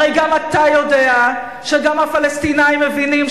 הרי גם אתה יודע שגם הפלסטינים מבינים,